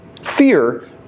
Fear